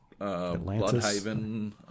Bloodhaven